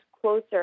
closer